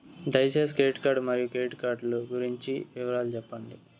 దయసేసి credit card మరియు credit card లు గురించి వివరాలు సెప్పండి?